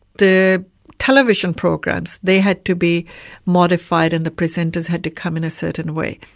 the television programs, they had to be modified and the presenters had to come in a certain way.